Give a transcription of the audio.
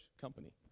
company